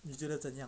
你觉得怎样